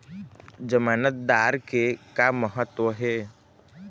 जमानतदार के का महत्व हे?